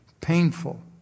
painful